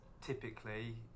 typically